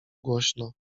głośno